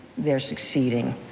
they are succeeding.